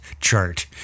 chart